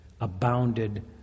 abounded